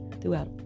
throughout